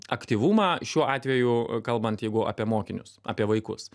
aktyvumą šiuo atveju kalbant jeigu apie mokinius apie vaikus